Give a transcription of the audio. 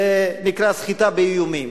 זה נקרא "סחיטה באיומים".